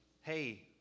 hey